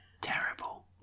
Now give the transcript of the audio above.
Terrible